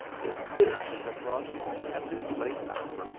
is this you have brought home at this late hour,